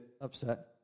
upset